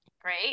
Great